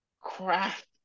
craft